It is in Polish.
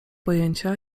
pojęcia